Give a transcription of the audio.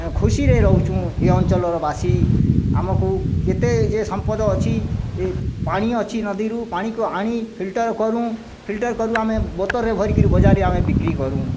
ଯାହାକୁ ଆମେ ଖୁସିରେ ରହୁଛୁ ଏ ଅଞ୍ଚଳର ବାସୀ ଆମକୁ କେତେ ଯେ ସମ୍ପଦ ଅଛି ଏ ପାଣି ଅଛି ନଦୀରୁ ପାଣିକୁ ଆଣି ଫିଲଟର୍ କରୁ ଫିଲଟର୍ କରୁ ଆମେ ବୋତଲରେ ଭରିକି ବଜାରରେ ଆମେ ବିକ୍ରି କରୁ